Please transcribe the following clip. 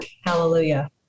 Hallelujah